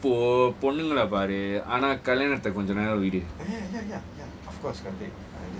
eh வெளிய போ பொண்ணுங்கள பாரு ஆனா கல்யாணத்த கொஞ்ச நேரம் விடு:veliya po ponnungala paaru aana kalyaanatha konja nearam vidu